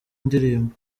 ndirimbo